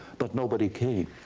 but nobody came.